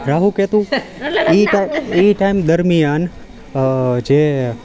રાહુ કેતુ એ ટાઈમ દરમ્યાન જે